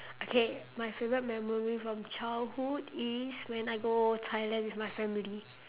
okay my favourite memory from childhood is when I go thailand with my family